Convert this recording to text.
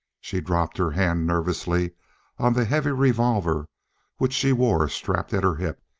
she dropped her hand nervously on the heavy revolver which she wore strapped at her hip,